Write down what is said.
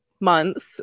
Months